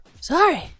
Sorry